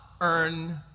earn